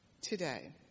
today